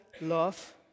love